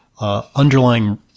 Underlying